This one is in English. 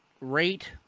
rate